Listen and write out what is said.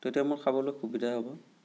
তেতিয়া মোৰ খাবলৈ সুবিধা হ'ব